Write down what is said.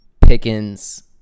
Pickens